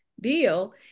deal